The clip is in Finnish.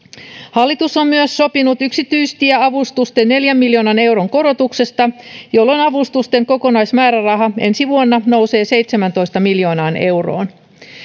hallitus on myös sopinut yksityistieavustusten neljän miljoonan euron korotuksesta jolloin avustusten kokonaismääräraha ensi vuonna nousee seitsemääntoista miljoonaan euroon